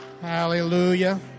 Hallelujah